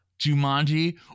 Jumanji